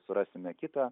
surasime kitą